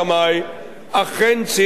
אכן ציין השופט גולדברג,